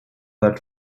that